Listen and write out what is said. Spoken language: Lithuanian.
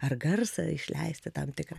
ar garsą išleisti tam tikrą